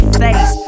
face